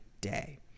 day